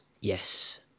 Yes